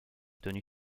tenu